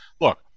look